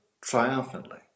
triumphantly